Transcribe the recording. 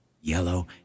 Yellow